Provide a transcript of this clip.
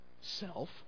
self